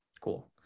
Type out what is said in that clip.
Cool